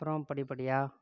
அப்புறம் படிப்படியாக